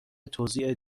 توزیع